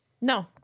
no